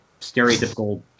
stereotypical